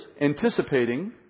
anticipating